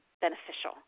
beneficial